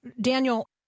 Daniel